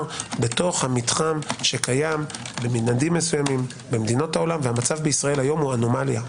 במתחם שקיים במנעדים מסוימים במדינות העולם והמצב בישראל כיום אנומליה.